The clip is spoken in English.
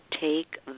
take